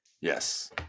Yes